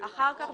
אחר כך,